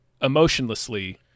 emotionlessly